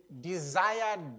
desired